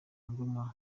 ngoma